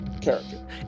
character